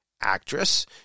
actress